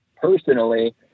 Personally